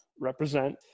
represent